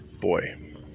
boy